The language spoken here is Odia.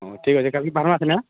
ହଁ ଠିକ୍ ଅଛେ କାଲକେ ବାହାରିମା ସିନେ